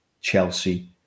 Chelsea